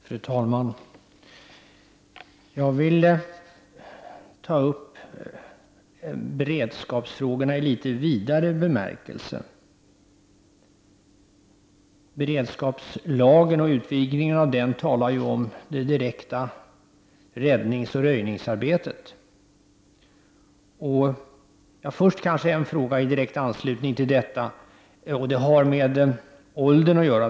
Fru talman! Jag vill ta upp beredskapsfrågorna i litet vidare bemärkelse. Beredskapslagen och utvidgningen av den handlar ju om det direkta räddningsoch röjningsarbetet. Först kan jag ta upp en fråga i direkt anslutning till detta. Frågan har med åldern att göra.